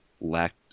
lacked